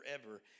forever